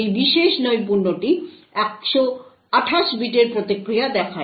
এই বিশেষ নৈপুণ্যটি 128 বিটের প্রতিক্রিয়া দেখায়